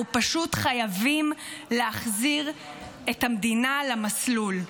אנחנו פשוט חייבים להחזיר את המדינה למסלול.